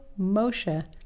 Moshe